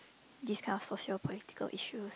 this kind of social political issues